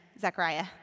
Zechariah